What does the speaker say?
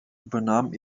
übernahm